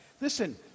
Listen